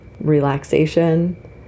relaxation